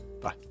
Bye